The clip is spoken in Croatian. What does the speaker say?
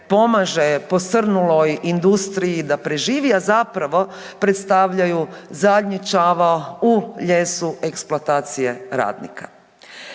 pomaže posrnuloj industriji da preživi, a zapravo predstavljaju zadnji čavao u lijesu eksploatacije radnike.